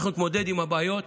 אנחנו נתמודד עם הבעיות.